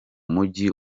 mujyi